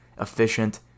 efficient